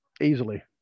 Easily